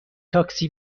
تاکسی